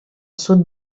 sud